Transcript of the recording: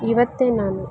ಇವತ್ತೇ ನಾನು